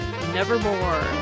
Nevermore